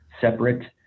separate